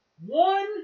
One